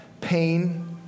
pain